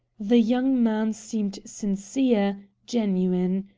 the young man seemed sincere, genuine.